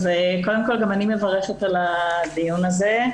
קודם כל, גם אני מברכת על הדיון הזה.